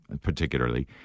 particularly